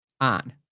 on